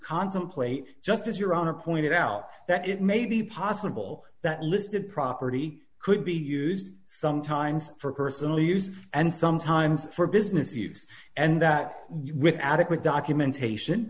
contemplate just as your honor pointed out that it may be possible that listed property could be used sometimes for personal use and sometimes for business use and that with adequate documentation